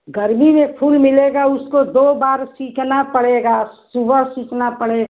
गर्मी में फुल मिलेगा उसको दो बार सींचना पड़ेगा सुबह सींचना पड़ेगा